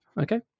Okay